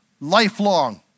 lifelong